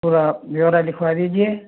थोड़ा ब्यौरा लिखवा दीजिए